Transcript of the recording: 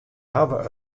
hawwe